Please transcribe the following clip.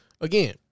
again